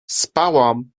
spałam